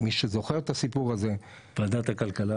מי שזוכר את הסיפור הזה -- בוועדת הכלכלה.